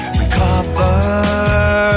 recover